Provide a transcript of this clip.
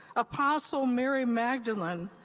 apostle mary magdalene,